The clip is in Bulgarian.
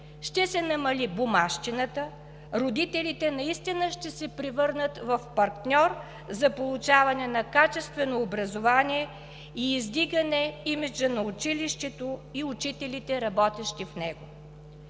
ще се намали бумащината, родителите наистина ще се превърнат в партньор за получаване на качествено образование и издигане имиджа на училището и учителите, работещи в него.